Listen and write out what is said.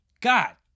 God